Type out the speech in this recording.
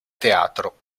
teatro